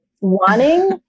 wanting